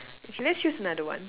okay let's choose another one